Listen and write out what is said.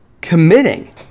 committing